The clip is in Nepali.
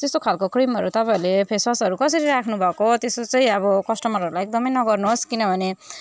त्यस्तो खालको क्रिमहरू तपाईँहरूले फेसवासहरू कसरी राख्नुभएको त्यस्तो चाहिँ अब कस्टमरहरूलाई एकदमै नगर्नुहोस् किनभने